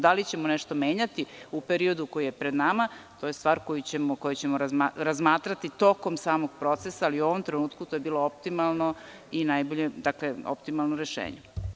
Da li ćemo nešto menjati u periodu koji je pred nama, to je stvar koju ćemo razmatrati tokom samog procesa, ali u ovom trenutku to je bilo optimalno i najbolje rešenje.